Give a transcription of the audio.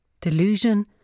delusion